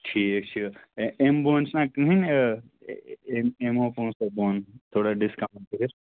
ٹھیٖک چھِ اے اَمہِ بۄن چھُنا کٔہٕنٛۍ یِمَو پۄنٛسَو بۄن تھوڑا ڈِسکاوُنٛٹ کٔرِتھ